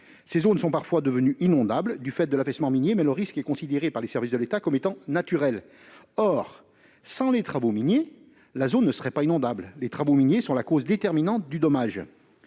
zones sont parfois devenues inondables du fait d'un affaissement minier. Or le risque y reste considéré par les services de l'État comme un risque naturel. Pourtant, sans les travaux miniers, la zone ne serait pas inondable : ces derniers sont la cause déterminante du dommage.